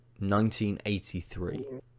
1983